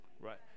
Right